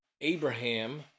Abraham